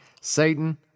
Satan